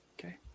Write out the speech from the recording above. okay